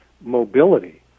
mobility